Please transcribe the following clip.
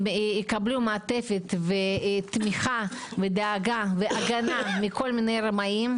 הם יקבלו מעטפת ותמיכה ודאגה והגנה מכל מיני רמאים,